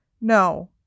no